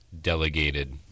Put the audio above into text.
delegated